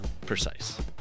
Precise